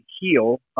heal